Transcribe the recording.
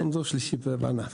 אנחנו דור שלישי בענף.